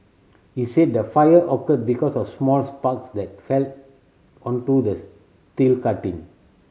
he said the fire occurred because of small sparks that fell onto the steel cutting